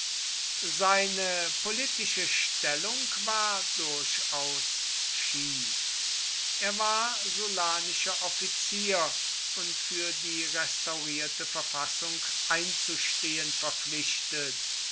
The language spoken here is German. seine politische stellung war durchaus schief er war sullanischer offizier und für die restaurierte verfassung einzustehen verpflichtet